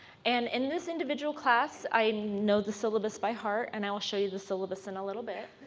and in this individual class i know the syllabus by heart and i'll show you the syllabus and a little bit.